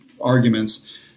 arguments